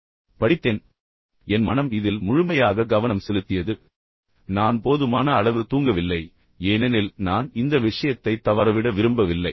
எனவே நான் சாப்பிடும்போது நான் ஒரு ஸ்பூனை பயன்படுத்தினேன் ஆனால் என் மனம் இதில் முழுமையாக கவனம் செலுத்தியது நான் போதுமான அளவு தூங்கவில்லை ஏனெனில் நான் இந்த விஷயத்தை தவறவிட விரும்பவில்லை